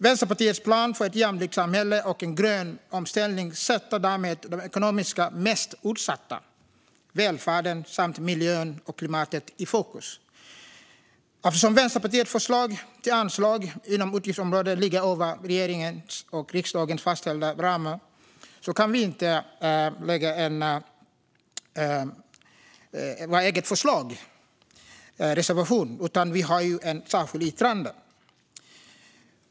Vänsterpartiets plan för ett jämlikt samhälle och en grön omställning sätter därmed de ekonomiskt mest utsatta, välfärden samt miljön och klimatet i fokus. Eftersom Vänsterpartiets förslag till anslag inom budgetområdet ligger över regeringens och riksdagens fastställda ram kan vi inte lägga fram en egen reservation. Vi har i stället ett särskilt yttrande.